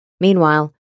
Meanwhile